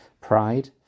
Pride